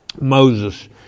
Moses